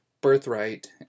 birthright